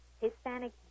Hispanic